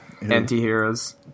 Anti-heroes